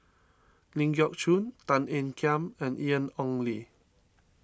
Ling Geok Choon Tan Ean Kiam and Ian Ong Li